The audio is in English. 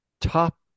top